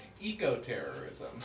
eco-terrorism